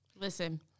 Listen